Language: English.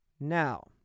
Now